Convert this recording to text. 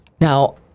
Now